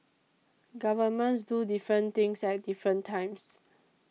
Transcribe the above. governments do different things at different times